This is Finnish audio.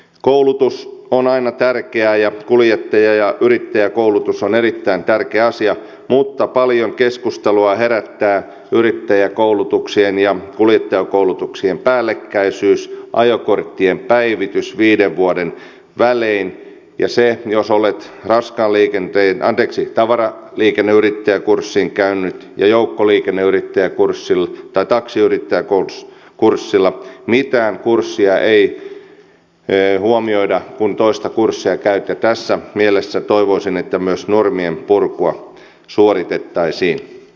koulutus on aina tärkeää ja kuljettaja ja yrittäjäkoulutus on erittäin tärkeä asia mutta paljon keskustelua herättää yrittäjäkoulutuksien ja kuljettajakoulutuksien päällekkäisyys ajokorttien päivitys viiden vuoden välein ja se että jos olet raskaan liikenteen anteeksi tavaran liikenneyrittäjäkurssin käyneet joukkoliikenneyrittäjäkurssille tavaraliikenneyrittäjäkurssin käynyt ja taksiyrittäjäkurssilla niin mitään kurssia ei huomioida kun toista kurssia käyt ja tässä mielessä toivoisin että myös normien purkua suoritettaisiin